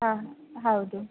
ಹಾಂ ಹೌದು